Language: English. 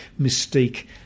mystique